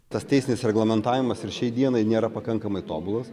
tas teisinis reglamentavimas ir šiai dienai nėra pakankamai tobulas